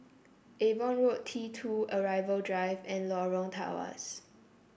Avon Road T two Arrival Drive and Lorong Tawas